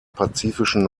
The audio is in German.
pazifischen